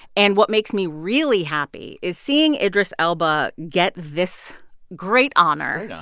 and what makes me really happy is seeing idris elba get this great honor.